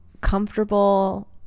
comfortable